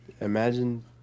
Imagine